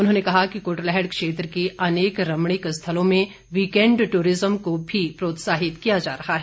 उन्होंने कहा कि कुटलैहड़ क्षेत्र के अनेक रमणीक स्थलों में वीकेंड टूरिज्म को भी प्रोत्साहित किया जा रहा है